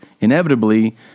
Inevitably